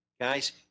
Guys